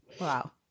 wow